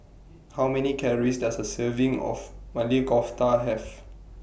How Many Calories Does A Serving of Maili Kofta Have